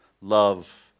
love